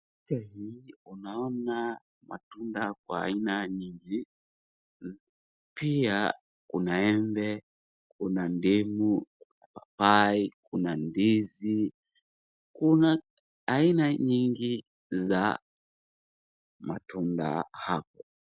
Unaona matunda kwa aina mingi pia Kuna maembe, Kuna ndimu, Kuna papai, Kuna ndizi. Kuna aina mingi za matunda hapo.